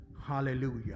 Hallelujah